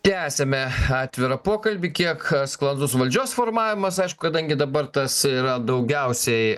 tęsiame atvirą pokalbį kiek sklandus valdžios formavimas aišku kadangi dabar tas yra daugiausiai